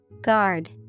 Guard